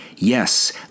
Yes